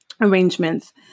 arrangements